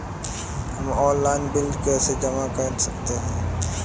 हम online bill कैसे जमा कर सकते हैं?